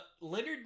Leonard